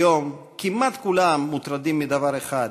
היום כמעט כולם מוטרדים מדבר אחד,